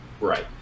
Right